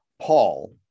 paul